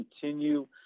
continue